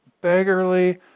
beggarly